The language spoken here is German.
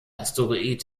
asteroid